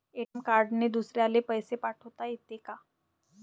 ATM कार्डने दुसऱ्याले पैसे पाठोता येते का?